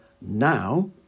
Now